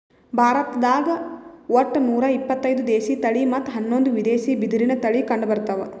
ಭಾರತ್ದಾಗ್ ಒಟ್ಟ ನೂರಾ ಇಪತ್ತೈದು ದೇಶಿ ತಳಿ ಮತ್ತ್ ಹನ್ನೊಂದು ವಿದೇಶಿ ಬಿದಿರಿನ್ ತಳಿ ಕಂಡಬರ್ತವ್